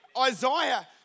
Isaiah